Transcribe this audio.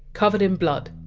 covered in blood